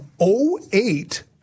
08